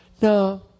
No